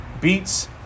beats